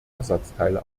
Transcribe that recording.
ersatzteile